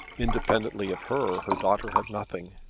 independently of her her daughter had nothing.